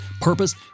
purpose